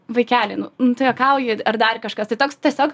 vaikeli nu nu tu juokauji ar dar kažkas tai toks tiesiog